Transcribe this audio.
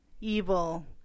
evil